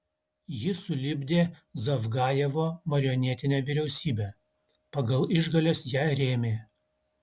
ji sulipdė zavgajevo marionetinę vyriausybę pagal išgales ją rėmė